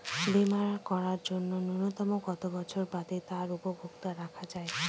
বীমা করার জন্য ন্যুনতম কত বছর বাদে তার উপভোক্তা হওয়া য়ায়?